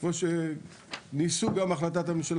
כמו שניסו גם בהחלטת הממשלה